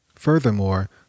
Furthermore